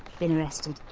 been arrested,